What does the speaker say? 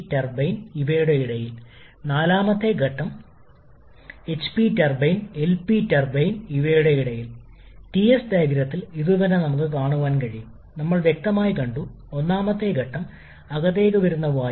അതിനാൽ ജ്വലനം 6 ആം ഘട്ടത്തിൽ പുറത്തുവന്ന് ടർബൈൻ 1 ലെ ഏഴാം ഘട്ടത്തിലേക്ക് വികസിപ്പിച്ചതിന് ശേഷം നമ്മൾക്ക് ജ്വലന അറയുണ്ട്